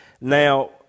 Now